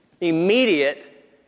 immediate